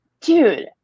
dude